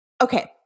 Okay